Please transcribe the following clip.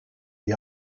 the